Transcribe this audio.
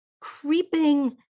creeping